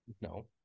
No